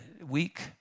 week